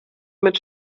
mit